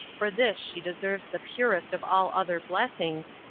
for this she deserves the purest of all other blessings,